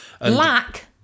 Lack